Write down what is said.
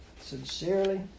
sincerely